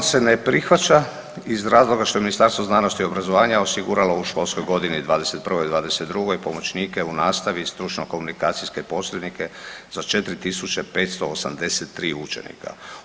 Amandman se ne prihvaća iz razloga što je Ministarstvo znanosti i obrazovanja osiguralo u školskoj godini 21/22 pomoćnike u nastavi, stručne komunikacijske posrednike za 4.583 učenika.